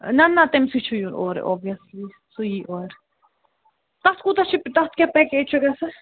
نہَ نہَ تٔمۍ سٕے چھِ یُن اور اوٚبویٚسلی سُہ یی اورٕ تَتھ کوٗتاہ چھِ تَتھ کیٛاہ پیکیج چھِ گژھان